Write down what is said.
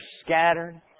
scattered